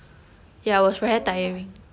so 烂